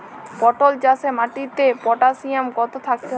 পটল চাষে মাটিতে পটাশিয়াম কত থাকতে হবে?